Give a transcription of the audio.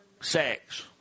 sex